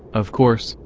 of course,